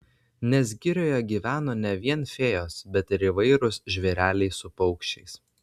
nes girioje gyveno ne vien fėjos bet ir įvairūs žvėreliai su paukščiais